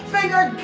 Finger